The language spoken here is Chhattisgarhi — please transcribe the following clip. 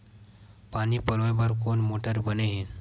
पानी पलोय बर कोन मोटर बने हे?